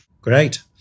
Great